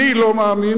אני לא מאמין,